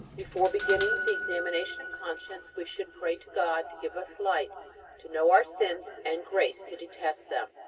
before beginning the examination of conscience we should pray to god to give us light to know our sins and grace to detest them.